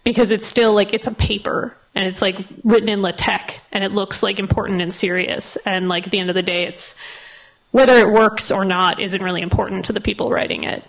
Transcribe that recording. because it's still like it's a paper and it's like written in latech and it looks like important and serious and like at the end of the day it's whether it works or not isn't really important to the people writing it